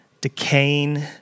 decaying